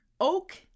Oak